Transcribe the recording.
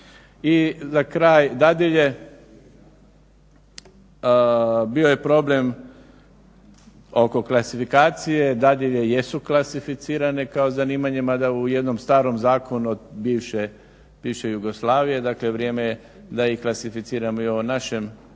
I za kraj dadilje. Bio je problem oko klasifikacije. Dadilje jesu klasificirane kao zanimanje, mada u jednom starom zakonu od bivše Jugoslavije. Dakle, vrijeme je da ih klasificiramo i u ovoj našoj